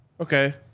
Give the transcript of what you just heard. okay